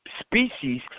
species